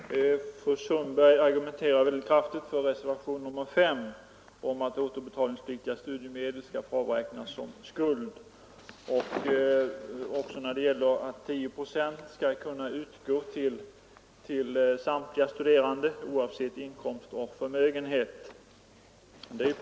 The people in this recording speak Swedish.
Herr talman! Fru Sundberg argumenterar mycket kraftigt för reservationen 5 om att återbetalningspliktiga studiemedel skall få avräknas som skuld men också för reservationen 4, där det bl.a. krävs att 10 procent skall kunna utgå generellt till samtliga studerande oavsett inkomst och förmögenhet.